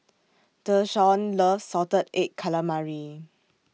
Deshaun loves Salted Egg Calamari